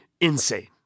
insane